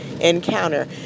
Encounter